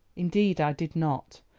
indeed i did not.